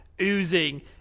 oozing